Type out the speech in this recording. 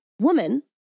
woman